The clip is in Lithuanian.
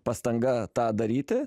pastanga tą daryti